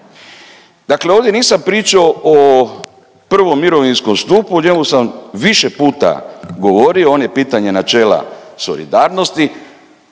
Dakle ovdje nisam pričao o 1. mirovinskom stupu, o njemu sam više puta govorio, on je pitanje načela solidarnosti.